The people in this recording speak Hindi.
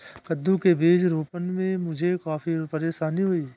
कद्दू के बीज रोपने में मुझे काफी परेशानी हुई